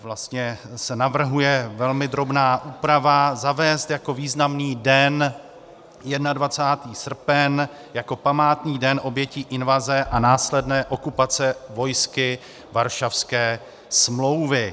Vlastně se navrhuje velmi drobná úprava zavést jako významný den 21. srpen, jako Památný den obětí invaze a následné okupace vojsky Varšavské smlouvy.